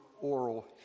oral